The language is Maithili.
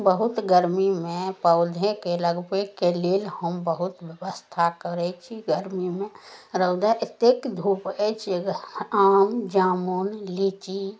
बहुत गरमीमे पौधेके लगबयके लेल हम बहुत व्यवस्था करय छी गरमीमे रौदा एतेक धूप अछि जे आम जामुन लीची